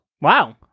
Wow